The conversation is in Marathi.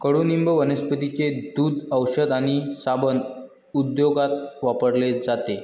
कडुनिंब वनस्पतींचे दूध, औषध आणि साबण उद्योगात वापरले जाते